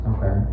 Okay